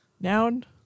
Noun